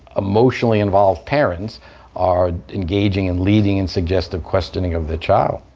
emotionally involved parents are engaging and leading in suggestive questioning of their child.